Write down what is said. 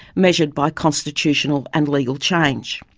measured by constitutional and legal change.